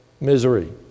misery